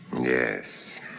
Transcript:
Yes